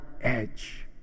edge